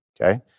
Okay